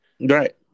Right